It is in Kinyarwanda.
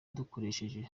dukoresheje